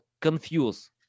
confuse